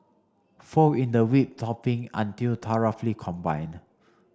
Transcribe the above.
fold in the whipped topping until thoroughly combined